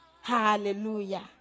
Hallelujah